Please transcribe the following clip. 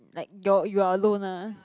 like your you are alone ah